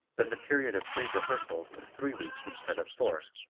then the period of free rehearsals is three weeks instead of four,